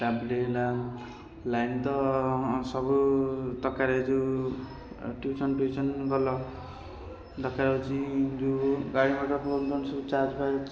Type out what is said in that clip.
ତା'ପରେ ହେଲା ଲାଇନ୍ ତ ସବୁ ଦରକାରେ ଯେଉଁ ଟିଉସନ୍ଫିଉସନ୍ ଭଲ ଦରକାର ହେଉଛି ଯେଉଁ ଗାଡ଼ିମଟର ଫୋନ୍ଫାନ୍ ସବୁ ଚାର୍ଜଫାର୍ଜ ହେଉଛି